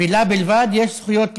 לה בלבד יש זכויות לאומיות,